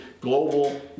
Global